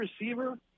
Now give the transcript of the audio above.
receiver